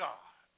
God